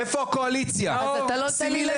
כן.